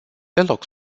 deloc